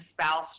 spouse